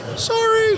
sorry